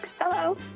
Hello